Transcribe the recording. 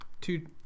Two